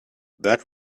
that